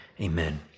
Amen